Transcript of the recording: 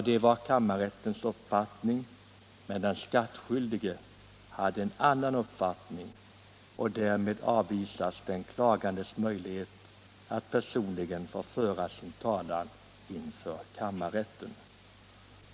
Detta var kammarrättens uppfattning — men den skattskyldige hade en annan uppfattning —- och med den motiveringen avvisades den klagandes önskan att personligen få föra sin talan inför kammarrätten.